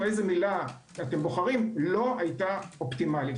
איזו מילה אתם בוחרים - לא היתה אופטימלית,